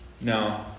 No